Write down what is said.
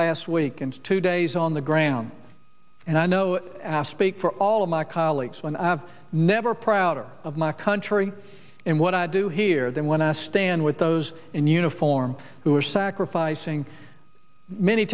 last week and two days on the ground and i know aspect for all of my colleagues when i've never prouder of my country and what i do here we're there when i stand with those in uniform who are sacrificing many